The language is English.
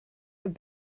have